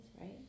right